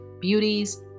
beauties